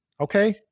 Okay